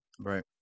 Right